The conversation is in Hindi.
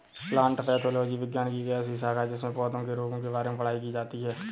प्लांट पैथोलॉजी विज्ञान की ऐसी शाखा है जिसमें पौधों के रोगों के बारे में पढ़ाई की जाती है